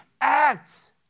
acts